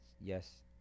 yes